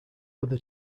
other